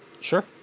sure